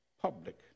public